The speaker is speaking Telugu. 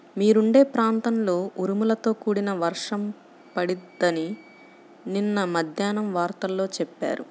మీరుండే ప్రాంతంలో ఉరుములతో కూడిన వర్షం పడిద్దని నిన్న మద్దేన్నం వార్తల్లో చెప్పారు